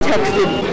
texted